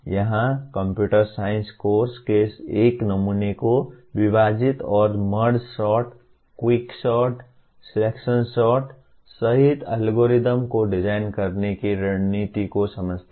यहां computer science course के एक नमूने को विभाजित और मर्ज सॉर्ट क्विक सॉर्ट और सिलेक्शन सॉर्ट सहित एल्गोरिदम को डिजाइन करने की रणनीति को समझते हैं